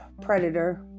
predator